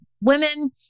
women